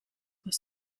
were